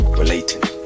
relating